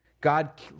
God